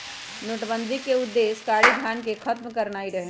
नोटबन्दि के उद्देश्य कारीधन के खत्म करनाइ रहै